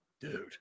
dude